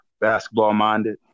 basketball-minded